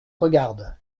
regarde